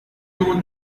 know